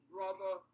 Brother